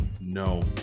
no